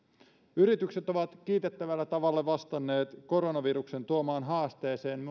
yritykset ovat kiitettävällä tavalla vastanneet koronaviruksen tuomaan haasteeseen